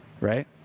Right